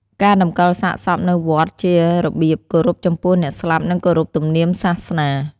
ការតម្កលសាកសពនៅវត្តជារបៀបគោរពចំពោះអ្នកស្លាប់និងគោរពទំនៀមសាសនា។